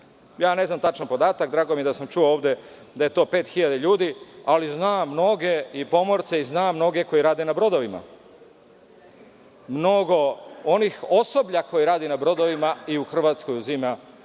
ja ne znam tačno podatak, drago mi je da sam čuo ovde da je to pet hiljada ljudi ali znam mnoge i pomorce i znam mnoge koji rade na brodovima, mnogo onog osoblja koje radi na brodovima i u Hrvatskoj uzima